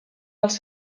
els